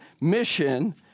mission